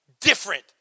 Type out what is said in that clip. different